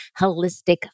holistic